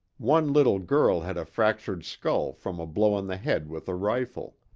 one little girl had a fractured skull from a blow on the head with a rifle.